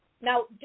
now